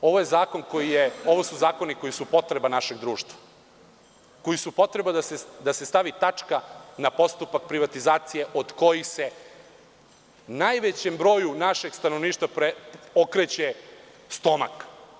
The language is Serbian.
Ovo su zakoni koji su potreba našeg društva, koji su potreba da se stavi tačka na postupak privatizacije, od kojih se najvećem broju našeg stanovništva okreće stomak.